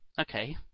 Okay